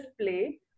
play